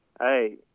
Hey